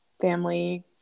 family